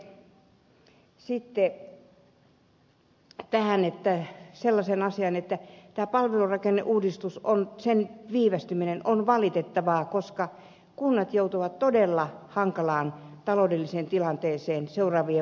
olisin puuttunut sitten sellaiseen asiaan että tämän palvelurakenneuudistuksen viivästyminen on valitettavaa koska kunnat joutuvat todella hankalaan taloudelliseen tilanteeseen seuraavien vaalien jälkeen